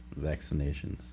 vaccinations